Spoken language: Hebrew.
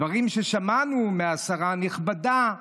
דברים ששמענו מהשרה הנכבדה גב'